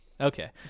Okay